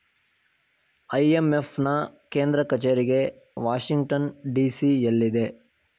IMF ನಾ ಕೇಂದ್ರ ಕಚೇರಿಗೆ ವಾಷಿಂಗ್ಟನ್ ಡಿ.ಸಿ ಎಲ್ಲಿದೆ